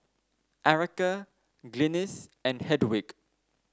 Erika Glynis and Hedwig